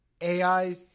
AI